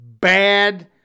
bad